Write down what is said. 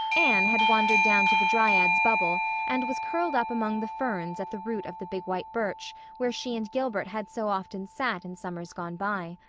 anne had wandered down to the dryad's bubble and was curled up among the ferns at the root of the big white birch where she and gilbert had so often sat in summers gone by.